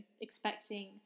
expecting